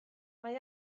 mae